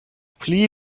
pli